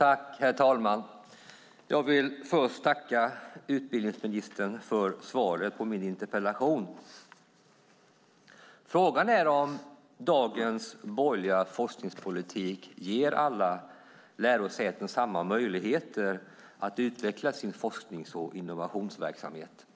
Herr talman! Jag vill först tacka utbildningsministern för svaret på min interpellation. Frågan är om dagens borgerliga forskningspolitik ger alla lärosäten samma möjligheter att utveckla sin forsknings och innovationsverksamhet.